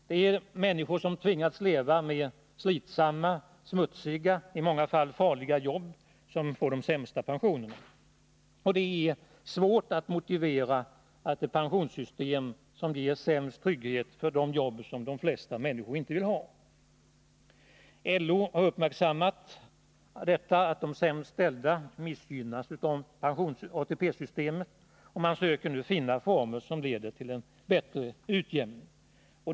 Det är de människor som tvingats leva med slitsamma, smutsiga och i många fall farliga jobb som får de sämsta pensionerna. Det är svårt att motivera ett pensionssystem som ger den sämsta tryggheten för jobb som de flesta människor inte vill ha. LO har uppmärksammat det förhållandet att de sämst ställda missgynnas av ATP-systemet, och man söker nu finna former som bättre leder till en utjämning.